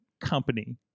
company